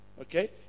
okay